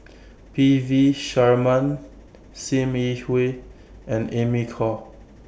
P V Sharma SIM Yi Hui and Amy Khor